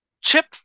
Chip